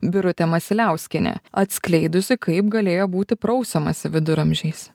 birutė masiliauskienė atskleidusi kaip galėjo būti prausiamasi viduramžiais